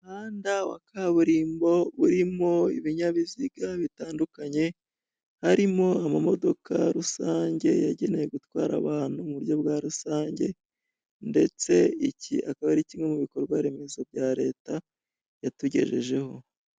Umuhanda wa kaburimbo urimo ibinyabiziga bitandukanye, harimo amamodoka rusange yagenewe gutwara abantu mu buryo bwa rusange, ndetse iki akaba ari kimwe mu bikorwaremezo bya leta yatugejejeho.